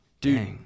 dude